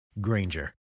Granger